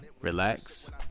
relax